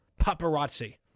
paparazzi